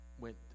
went